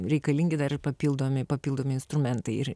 reikalingi dar ir papildomi papildomi instrumentai ir